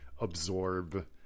absorb